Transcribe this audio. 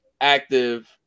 active